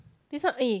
this one eh